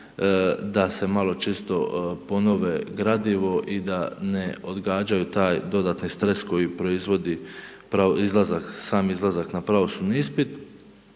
da se malo čisto ponove gradivo i da ne odgađaju taj dodatni stres koji proizvodi izlazak, sam izlazak na pravosudni ispit.